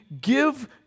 give